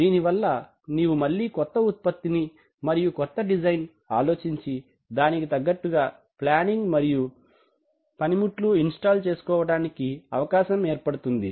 దీనివల్ల నీవు మళ్లీ కొత్త ఉత్పత్తిని మరియు కొత్త డిజైన్ ఆలోచించి దానికి తగ్గట్టుగా ప్లానింగ్ మరితు పనిముట్లు ఇన్స్టాల్ చేసుకోవడానికి అవకాశం ఏర్పడుతుంది